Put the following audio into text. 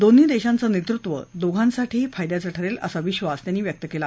दोन्ही देशांचं नेतृत्व दोघांसाठीही फायद्याचं ठरेल असा विधास त्यांनी व्यक्त केला